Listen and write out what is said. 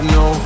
no